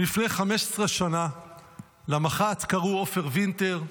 לפני 15 שנה למח"ט קראו עופר וינטר,